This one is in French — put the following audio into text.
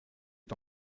est